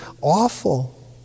awful